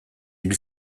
hil